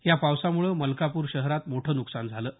या पावसामुळे मलकापूर शहरात मोठं न्कसान झालं आहे